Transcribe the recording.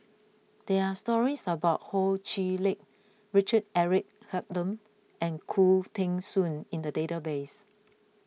there are stories about Ho Chee Lick Richard Eric Holttum and Khoo Teng Soon in the database